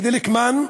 כדלקמן: